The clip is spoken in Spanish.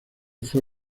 fue